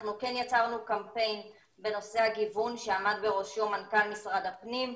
אנחנו כן יצרנו קמפיין בנושא הגיוון שעמד בראשו מנכ"ל משרד הפנים,